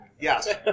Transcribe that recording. Yes